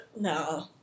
No